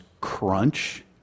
crunch